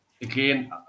Again